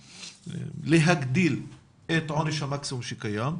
להגדיל את עונש המקסימום שקיים,